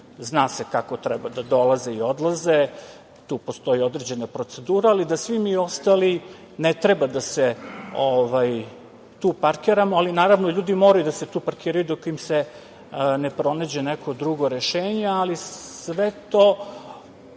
zna se kako treba da dolaze i odlaze, tu postoji određena procedura, ali da svi mi ostali ne treba da se tu parkiramo, ali naravno, ljudi moraju da se tu parkiraju dok im se ne pronađe neko drugo rešenje. Sve to